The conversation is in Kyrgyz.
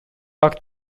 акт